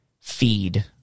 feed